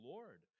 Lord